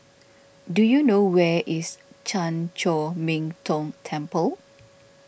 do you know where is Chan Chor Min Tong Temple